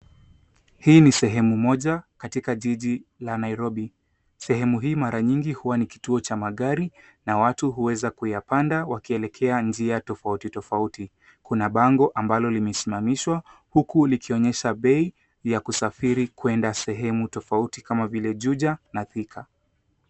Hii ni sehemu moja katika jiji la Nairobi. Sehemu hii mara nyingi huwa ni kituo cha magari na watu huweza kuyapanda wakielekea njia tofauti tofauti. Kuna bango ambalo limesimamishwa huku likionyesha bei ya kusafiri kuenda sehemu tofauti kama vile Juja na Thika.